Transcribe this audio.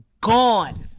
gone